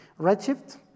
Redshift